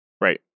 Right